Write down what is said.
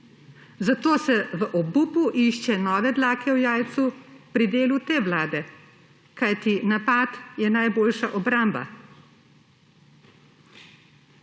Zato se v obupu išče nove dlake v jajcu pri delu te vlade, kajti napad je najboljša obramba.